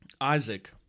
Isaac